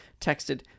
texted